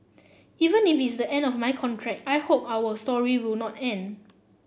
even if it's the end of my contract I hope our story will not end